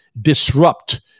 disrupt